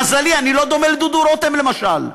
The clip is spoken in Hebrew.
למזלי אני לא דומה לדוד רותם, למשל.